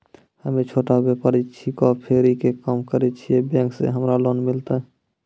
हम्मे छोटा व्यपारी छिकौं, फेरी के काम करे छियै, बैंक से हमरा लोन मिलतै?